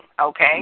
okay